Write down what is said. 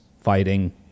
fighting